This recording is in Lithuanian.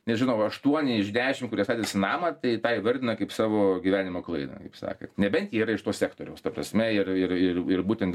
nežinau aštuoni iš dešim kurie statėsi namą tai tą įvardina kaip savo gyvenimo klaidą kaip sakant nebent jie yra iš to sektoriaus ta prasme ir ir ir ir būtent